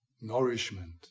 nourishment